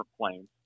planes